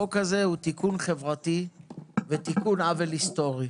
החוק הזה הוא תיקון חברתי ותיקון עוול היסטורי.